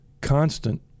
constant